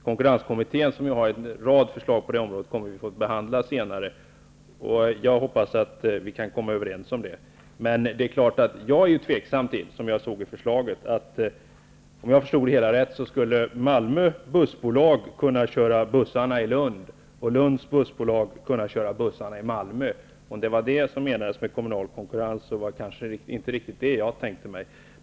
Konkurrenskommittén har ju en rad förslag på detta område, och dessa förslag kommer vi senare att få behandla. Jag hoppas att vi kan komma överens. Men jag är tveksam med tanke på framlagda förslag. Om jag förstått det hela rätt skulle Malmös bussbolag kunna köra bussarna i Lund och Lunds bussbolag kunna köra bussarna i Malmö. Om det är det som avses med kommunal konkurrens är det kanske inte riktigt vad jag tänkt mig.